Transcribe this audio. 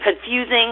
confusing